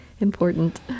important